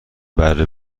بره